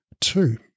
Two